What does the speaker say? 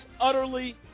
utterly